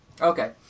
Okay